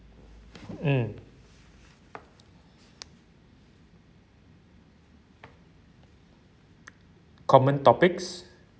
mm common topics